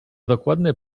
dokładny